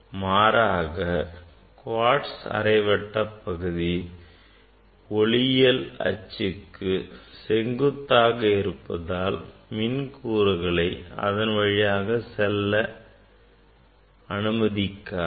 மாறாக குவாட்ஸ் அரைவட்ட பகுதி ஒளியியல் அச்சுக்கு செங்குத்தாக இருப்பதால் மின் கூறுகள் இதன் வழியாக செல்ல முடியாது